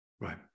Right